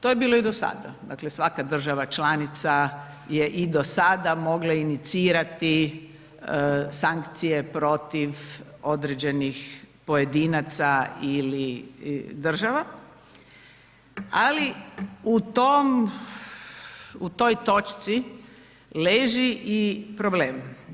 To je bilo i do sada, dakle, svaka država članica je i do sada mogla inicirati sankcije protiv određenih pojedinaca ili država, ali u toj točci leži i problem.